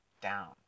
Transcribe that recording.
down